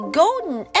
golden